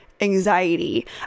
anxiety